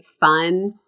fun